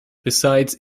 besides